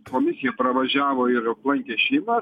komisija pravažiavo ir aplankė šeimas